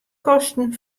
kosten